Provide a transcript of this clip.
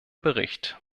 bericht